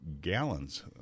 gallons